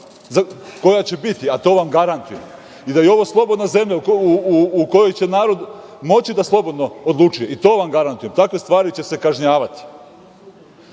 koja će biti i vam to garantujem, da je ovo slobodna zemlja u kojoj će narod moći da slobodno odlučuje i to vam garantujem, takve stvari će se kažnjavati. Činjenica